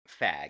fag